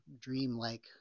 dreamlike